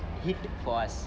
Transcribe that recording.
hit for us